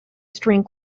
string